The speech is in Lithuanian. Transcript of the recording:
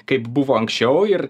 kaip buvo anksčiau ir